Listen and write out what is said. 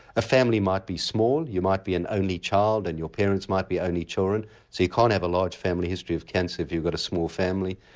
a family might be small, you might be an only child and your parents might be only children so you can't have a large family history of cancer if you've got a small family.